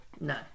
No